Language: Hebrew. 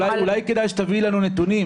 אולי כדאי שתביאי לנו נתונים.